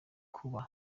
kuba